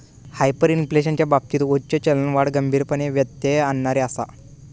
हायपरइन्फ्लेशनच्या बाबतीत उच्च चलनवाढ गंभीरपणे व्यत्यय आणणारी आसा